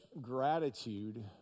gratitude